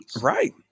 Right